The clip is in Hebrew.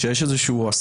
שיש איזה הסכמה,